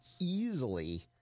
easily